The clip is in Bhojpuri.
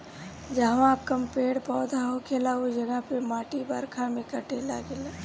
जहवा कम पेड़ पौधा होखेला उ जगह के माटी बरखा में कटे लागेला